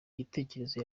gitekerezo